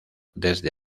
desde